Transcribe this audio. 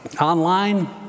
Online